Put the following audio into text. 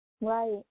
Right